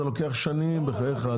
זה לוקח שנים בחייך,